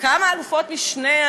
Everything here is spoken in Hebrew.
וכמה אלופות-משנה,